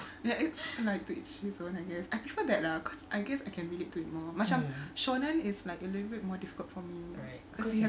ya it's like to it's she's own I guess I prefer that lah cause I guess I can relate to it more macam shonen is like a little bit more difficult for me cause you have to